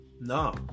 No